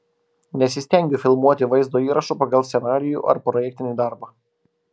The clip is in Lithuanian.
nesistengiu filmuoti vaizdo įrašų pagal scenarijų ar projektinį darbą